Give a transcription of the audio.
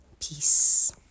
Peace